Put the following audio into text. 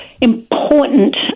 important